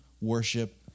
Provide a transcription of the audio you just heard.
worship